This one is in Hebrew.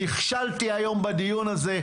נכשלתי היום בדיון הזה,